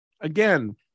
Again